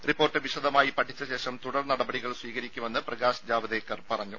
report വിശദമായി പഠിച്ച ശേഷം തുടർ നടപടികൾ സ്വീകരിക്കുമെന്ന് പ്രകാശ് ജാവ്ദേക്കർ പറഞ്ഞു